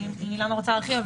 אולי אילנה תרצה להרחיב.